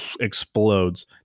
explodes